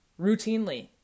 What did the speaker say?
routinely